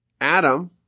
Adam